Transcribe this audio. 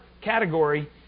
category